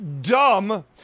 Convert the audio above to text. dumb